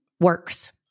works